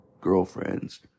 girlfriends